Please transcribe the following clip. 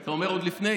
אתה אומר שעוד לפני?